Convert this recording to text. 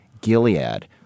Gilead